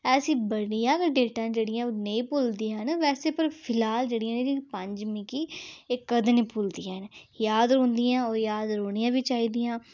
ऐसियां बड़ियां गै डेटां न जेह्ड़ियां नेईं भुलदियां न पर ते फिलहाल एह् पंज जेह्ड़ियां एह् मिगी एह् कदें निं भुलदियां न याद रौंह्दियां और याद रौह्नियां बी चाहिदियां न